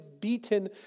beaten